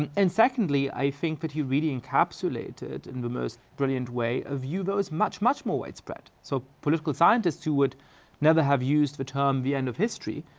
and and secondly i think that he really encapsulated in the most brilliant way, a view that was much, much more widespread. so political scientists who would never have used the term the end of history,